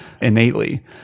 innately